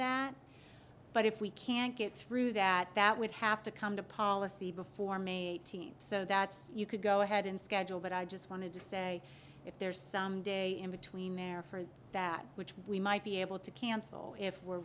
that but if we can't get through that that would have to come to policy before may team so that's you could go ahead and schedule but i just wanted to say if there's some day in between there for that which we might be able to cancel if we're